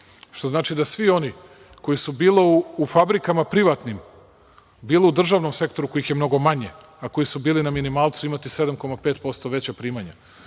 što znači da svi oni koji su bilo u fabrikama privatnim, bilo u državnom sektoru, kojih je mnogo manje, a koji su bili na minimalcu, imaće 7,5% veća primanja,